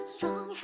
Strong